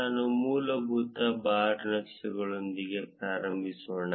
ನಾವು ಮೂಲಭೂತ ಬಾರ್ ನಕ್ಷೆಗಳೊಂದಿಗೆ ಪ್ರಾರಂಭಿಸೋಣ